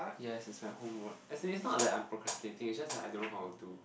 yes it's my homework as in it's not that I'm procrastinating it's just that I don't know how to do